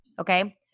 Okay